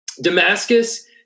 Damascus